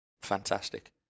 fantastic